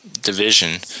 division